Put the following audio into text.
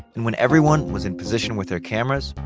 and when everyone was in position with their cameras,